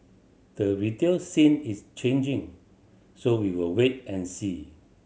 the retail scene is changing so we'll wait and see